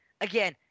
Again